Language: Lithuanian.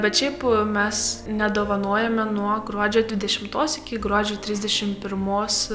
bet šiaip mes nedovanojame nuo gruodžio dvidešimtos iki gruodžio trisdešim pirmos